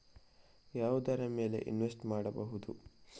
ಯಾವುದರ ಮೇಲೆ ಇನ್ವೆಸ್ಟ್ ಮಾಡಬಹುದು?